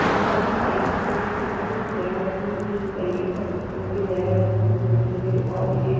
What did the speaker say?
मां पंहिंजी बाइक सां हिकु बार देहरादून वई हुअमि त हुतां जीअं देहरादून खां मथे वञी करे बि और बि जीअं